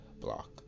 block